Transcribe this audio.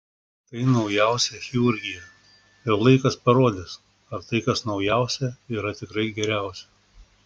tai naujausia chirurgija ir laikas parodys ar tai kas naujausia yra tikrai geriausia